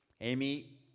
Amy